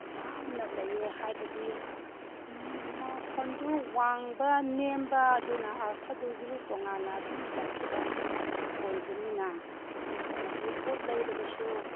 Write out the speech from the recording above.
ꯌꯥꯝꯅ ꯂꯩꯌꯦ ꯍꯥꯏꯕꯗꯤ ꯃꯈꯣꯟꯗꯨ ꯋꯥꯡꯕ ꯅꯦꯝꯕ ꯑꯗꯨꯅ ꯑꯥꯔꯊꯗꯨꯁꯨ ꯇꯣꯉꯥꯟꯅ ꯑꯗꯨꯝ ꯆꯠꯈꯤꯕ ꯑꯣꯏꯕꯅꯤꯅ ꯑꯩꯈꯣꯏꯅꯗꯤ ꯄꯣꯠ ꯂꯩꯔꯕꯁꯨ